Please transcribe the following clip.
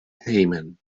hejmen